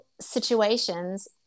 situations